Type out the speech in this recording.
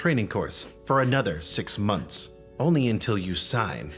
training course for another six months only until you sign